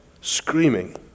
screaming